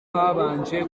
habanje